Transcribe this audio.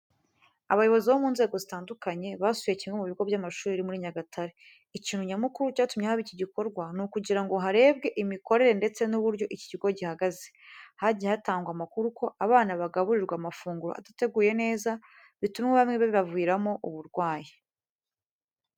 Abayobozi bo mu nzego zitandukanye, basuye kimwe mu bigo by'amashuri biri muri Nyagatare. Ikintu nyamukuru cyatumye haba iki gikorwa ni ukugira ngo harebwe imikorere ndese n'uburyo iki kigo gihagaze, hagiye hatangwa amakuru ko abana bagaburirwa amafunguro adateguye neza bituma bamwe bibaviramo uburwayi.